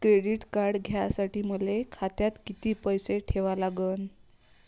Credit card घ्यासाठी मले खात्यात किती पैसे ठेवा लागन?